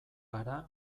gara